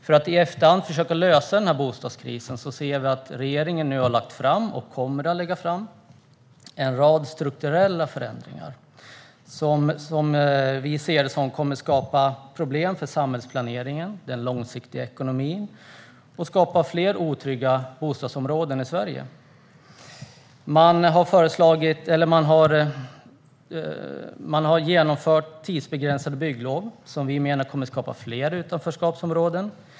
För att i efterhand försöka att lösa bostadskrisen har regeringen nu lagt fram, och kommer att lägga fram, en rad strukturella förändringar. Som vi ser det kommer de att skapa problem för samhällsplaneringen och den långsiktiga ekonomin. De kommer att skapa fler otrygga bostadsområden i Sverige. Man har genomfört tidsbegränsade bygglov, som vi menar kommer att skapa fler utanförskapsområden.